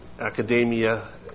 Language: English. academia